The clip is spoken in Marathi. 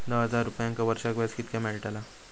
दहा हजार रुपयांक वर्षाक व्याज कितक्या मेलताला?